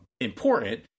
important